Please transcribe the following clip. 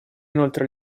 inoltre